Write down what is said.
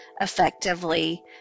effectively